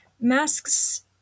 Masks